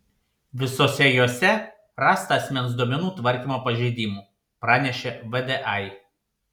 visose jose rasta asmens duomenų tvarkymo pažeidimų pranešė vdai